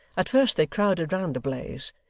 at first they crowded round the blaze,